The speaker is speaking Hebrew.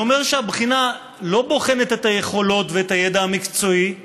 זה אומר שהבחינה לא בוחנת את היכולות ואת הידע המקצועי,